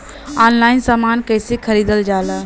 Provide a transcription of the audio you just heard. Online समान कैसे खरीदल जाला?